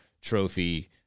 trophy